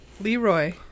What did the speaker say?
Leroy